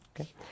Okay